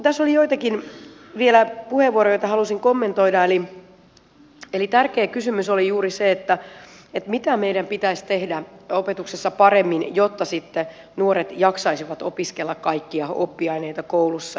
tässä on vielä joitakin puheenvuoroja joita haluaisin kommentoida eli tärkeä kysymys oli juuri se mitä meidän pitäisi tehdä opetuksessa paremmin jotta sitten nuoret jaksaisivat opiskella kaikkia oppiaineita koulussa